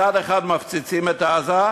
מצד אחד מפציצים את עזה,